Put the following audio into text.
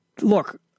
look